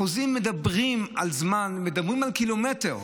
החוזים מדברים על זמן, מדברים על קילומטר.